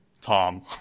Tom